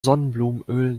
sonnenblumenöl